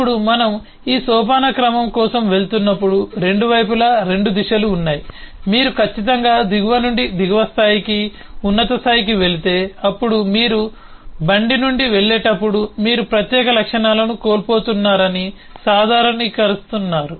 ఇప్పుడు మనము ఈ సోపానక్రమం కోసం వెళుతున్నప్పుడు 2 వైపులా 2 దిశలు ఉన్నాయి మీరు ఖచ్చితంగా దిగువ నుండి దిగువ స్థాయికి ఉన్నత స్థాయికి వెళితే అప్పుడు మీరు బండి నుండి వెళ్ళేటప్పుడు మీరు ప్రత్యేక లక్షణాలను కోల్పోతున్నారని సాధారణీకరిస్తున్నారు